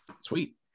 Sweet